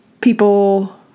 people